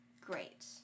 great